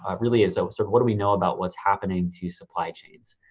um really is so sort of what do we know about what's happening to supply chains?